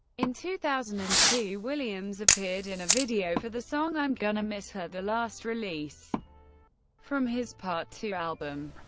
in two thousand and two, williams appeared in a video for the song i'm gonna miss her, the last release from his part ii album.